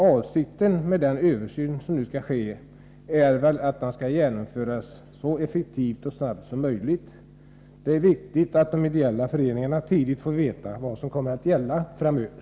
Avsikten med den översyn som nu skall ske är väl att den skall genomföras så effektivt och snabbt som möjligt? Det är viktigt att de ideella föreningarna tidigt får veta vad som kommer att gälla framöver.